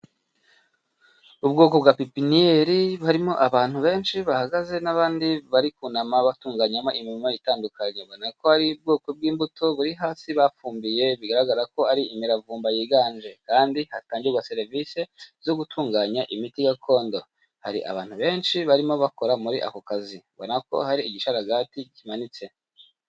Ubwoko bwa pipiniyeri harimo abantu benshi bahagaze n'abandi bari kunama batunganyamo imirimo itandukanye, ubonako hari ubwoko bw'imbuto buri hasi bafumbiye bigaragara ko ari imiravumba yiganje, kandi hatangirwa serivisi zo gutunganya imiti gakondo , hari abantu benshi barimo bakora muri ako kazi, ubonako hari igisharagati kimanitse.